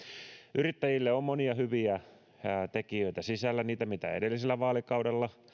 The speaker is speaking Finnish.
yrittäjille on monia hyviä tekijöitä sisällä niitä mitä edellisellä vaalikaudella